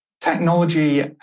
Technology